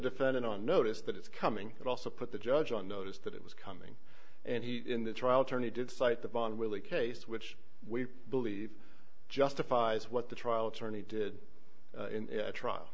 defendant on notice that it's coming but also put the judge on notice that it was and he in the trial attorney did cite the von willey case which we believe justifies what the trial attorney did in a trial